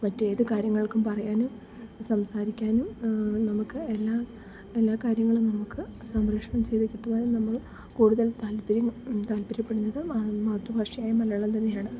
മറ്റേത് കാര്യങ്ങൾക്കും പറയാനും സംസാരിക്കാനും നമുക്ക് എല്ലാ എല്ലാ കാര്യങ്ങളും നമുക്ക് സംരക്ഷണം ചെയ്തു കിട്ടുവാനും നമ്മൾ കൂട്തൽ താല്പര്യം താല്പര്യപ്പെടുന്നത് മാതൃഭാഷയായ മലയാളം തന്നെയാണ്